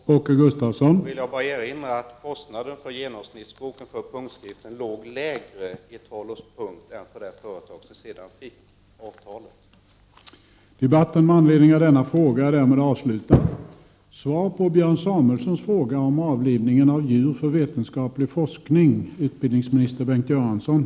Herr talman! Jag vill bara erinra om att kostnaden för en genomsnittsbok på punktskrift var lägre i Tal & Punkt AB:s offert än i offerten från det företag som man sedan slöt avtal med.